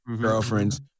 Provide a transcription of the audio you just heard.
Girlfriends